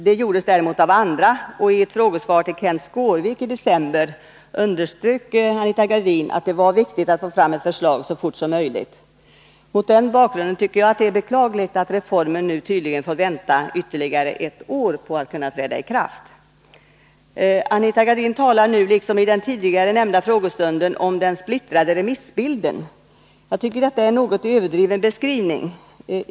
Det gjordes däremot av andra, och i ett frågesvar till Kenth Skårvik i december underströk Anita Gradin att det var viktigt att man fick fram ett förslag så fort som möjligt. Mot denna bakgrund är det mer än beklagligt att vi nu tydligen får vänta ytterligare ett år på att reformen skall träda i kraft. Anita Gradin talar nu liksom i den tidigare nämnda frågestunden om den splittrade remissbilden. Jag tycker att detta är en något överdriven beskrivning.